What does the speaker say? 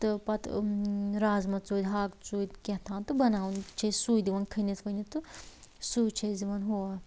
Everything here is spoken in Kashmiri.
تہٕ پتہٕ رازمہ ژُدۍ ہاکہٕ ژُدۍ کیاتام تہٕ بناوَان چھِ أسۍ سُے دِوان کھٔنتھ ؤنتھ تہٕ سُے چھِ أسۍ دوان ہُہ